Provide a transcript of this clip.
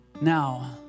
Now